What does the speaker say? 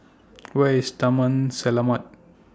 Where IS Taman Selamat